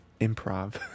improv